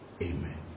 Amen